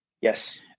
yes